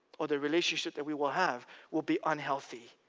or the relationship that we will have will be unhealthy.